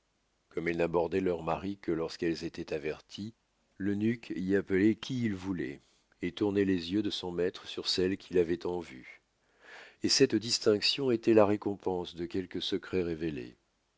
comme elles n'abordoient leur mari que lorsqu'elles étoient averties l'eunuque y appeloit qui il vouloit et tournoit les yeux de son maître sur celle qu'il avoit en vue et cette distinction étoit la récompense de quelque secret révélé